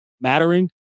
mattering